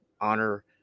honor